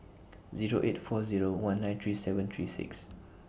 Zero eight four Zero one nine three seven three six